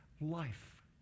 life